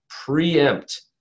preempt